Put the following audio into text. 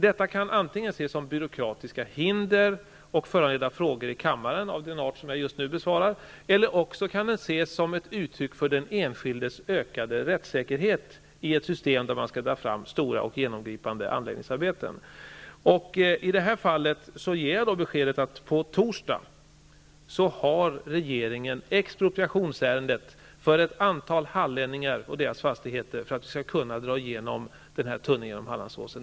Det kan ses som ett byråkratiskt hinder och föranleda frågor i kammaren av den art som den fråga jag just nu besvarar. Det kan också ses som ett uttryck för den enskildes ökade rättssäkerhet när man skall dra fram stora och genomgripande anläggningsarbeten. I detta fall ger jag beskedet att regeringen på torsdag har expropriationsärenden för ett antal hallänningar och deras fastigheter uppe till beslut, för att vi skall kunna dra denna tunnel genom Hallandsåsen.